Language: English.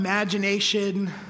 Imagination